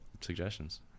suggestions